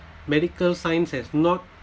medical science has not